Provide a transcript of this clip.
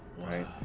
Right